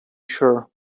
sure